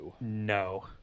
No